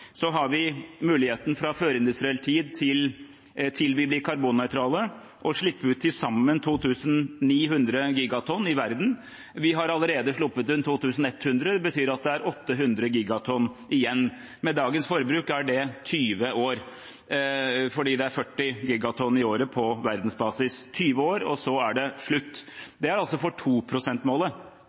har vi fra førindustriell tid til vi blir karbonnøytrale mulighet til å slippe ut til sammen 2 900 gigatonn i verden. Vi har allerede sluppet ut 2 100 gigatonn. Det betyr at det er 800 gigatonn igjen. Med dagens forbruk er det 20 år, for det er 40 gigatonn i året på verdensbasis. 20 år – og så er det slutt. Det er altså for